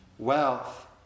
Wealth